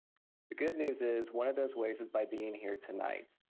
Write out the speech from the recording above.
the good news is one of those ways is by being here tonight.